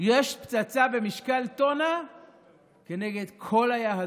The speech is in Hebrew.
יש פצצה במשקל טונה כנגד כל היהדות.